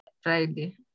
Friday